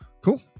Cool